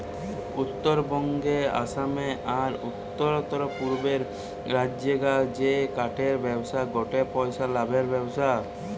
উত্তরবঙ্গে, আসামে, আর উততরপূর্বের রাজ্যগা রে কাঠের ব্যবসা গটে পইসা লাভের ব্যবসা